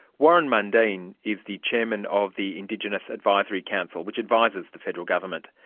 warren mundine is the chairman of the indigenous advisory council, which advises the federal government.